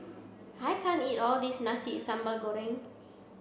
I can't eat all this Nasi sambal Goreng